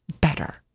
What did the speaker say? better